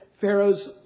Pharaoh's